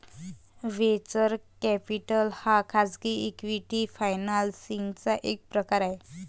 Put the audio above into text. venture capital हा खाजगी equity financing चा एक प्रकार आहे